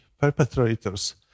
perpetrators